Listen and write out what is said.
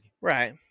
Right